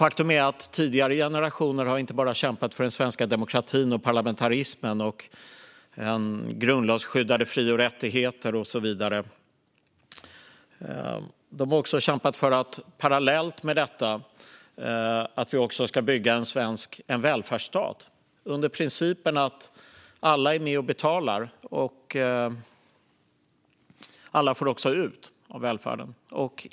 Faktum är att tidigare generationer inte bara har kämpat för den svenska demokratin, parlamentarismen, grundlagsskyddade fri och rättigheter och så vidare. Parallellt med detta har de också kämpat för att bygga en välfärdsstat. Principen är att alla är med och betalar och att alla får ut något av välfärden.